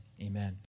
amen